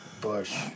bush